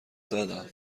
دادم